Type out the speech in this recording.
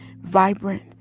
vibrant